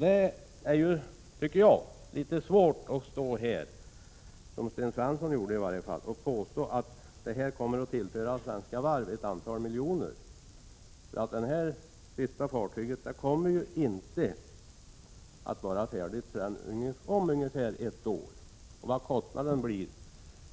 Det är, tycker jag, litet svårt att stå här — som Sten Svensson gjorde i varje fall — och påstå att affären kommer att tillföra Svenska Varv ett antal miljoner. Det sista fartyget kommer ju inte att vara färdigt förrän om ungefär ett år, och vad kostnaden blir